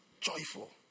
joyful